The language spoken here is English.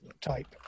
type